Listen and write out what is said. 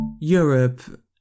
Europe